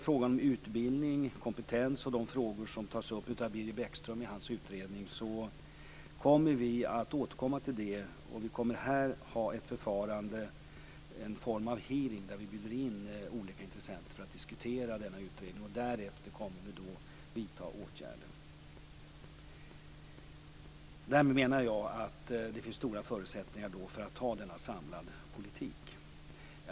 Frågan om utbildning och kompetens och de frågor som tas upp av Birger Bäckström i hans utredning återkommer vi till. Vi kommer att ha en form av hearing där vi bjuder in olika intressenter att diskutera denna utredning, och därefter kommer vi att vidta åtgärder. Därmed menar jag att det finns stora förutsättningar för att ha en samlad politik.